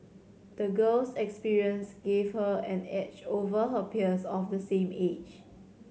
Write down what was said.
the girl's experience gave her an edge over her peers of the same age